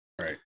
Right